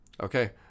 Okay